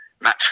match